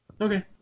Okay